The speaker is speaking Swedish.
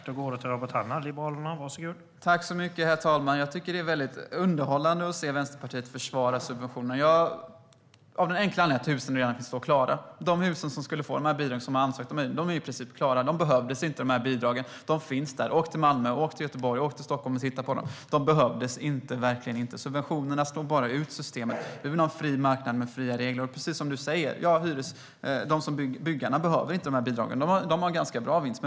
Herr talman! Jag tycker att det är mycket underhållande att se Vänsterpartiet försvara subventionerna, av den enkla anledningen att husen redan står klara. De hus som har ansökt om de här bidragen är i princip klara. De bidragen behövdes inte. Husen finns där. Åk till Malmö, Göteborg och Stockholm och titta på dem! Bidragen behövdes verkligen inte. Subventionerna slår bara ut systemet. Vi vill ha en fri marknad med fria regler. Precis som du säger: Byggarna behöver inte de här bidragen. De har ganska bra vinst.